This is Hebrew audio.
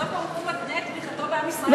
הקדוש-ברוך-הוא מתנה את תמיכתו בעם ישראל,